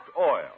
Oil